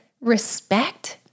respect